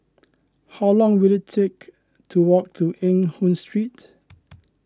how long will it take to walk to Eng Hoon Street